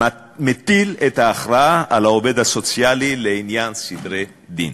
מטיל את ההכרעה על העובד הסוציאלי לעניין סדרי דין,